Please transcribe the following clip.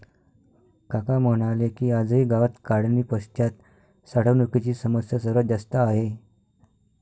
काका म्हणाले की, आजही गावात काढणीपश्चात साठवणुकीची समस्या सर्वात जास्त आहे